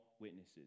witnesses